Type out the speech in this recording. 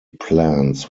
plans